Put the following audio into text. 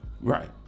Right